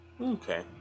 Okay